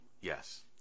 Yes